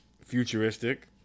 futuristic